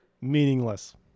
meaningless